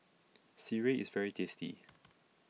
Sireh is very tasty